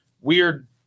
weird